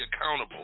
accountable